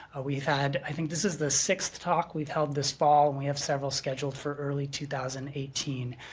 ah we've had, i think this is the sixth talk we've held this fall and we have several scheduled for early two thousand and eighteen.